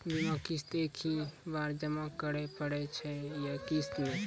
बीमा किस्त एक ही बार जमा करें पड़ै छै या किस्त मे?